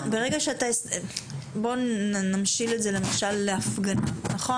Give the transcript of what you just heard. בואו נמשיל את זה להפגנה, למשל.